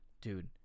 Dude